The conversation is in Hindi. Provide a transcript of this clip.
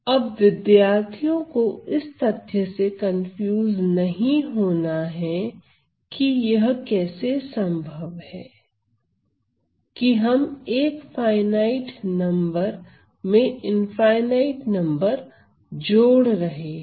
अब विद्यार्थियों को इस तथ्य से कंफ्यूज नहीं होना है की यह कैसे संभव है कि हम एक फाइनाईट नंबर में इनफाइनाईट नंबर जोड़ रहे हैं